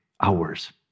Hours